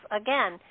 Again